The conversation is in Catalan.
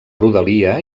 rodalia